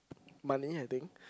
money I think